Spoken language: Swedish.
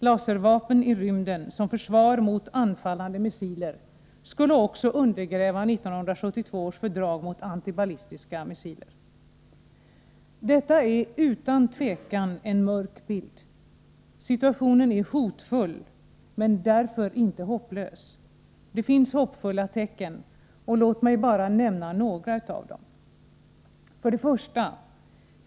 Laservapen i rymden som försvar mot anfallande missiler skulle också undergräva 1972 års fördrag om anti-ballistiska missiler. Detta är utan tvivel en mörk bild. Situationen är hotfull men därför inte hopplös. Det finns hoppfulla tecken. Låt mig bara nämna några av dem: 1.